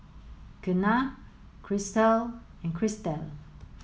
Kenna Chrystal and Christal